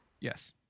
Yes